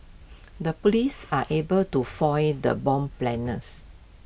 the Police are able to foil the bomber's planners